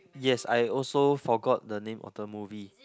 yes I also forgot the name of the movie